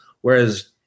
Whereas